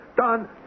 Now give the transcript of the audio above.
done